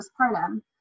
postpartum